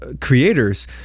creators